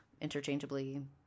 interchangeably